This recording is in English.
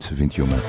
21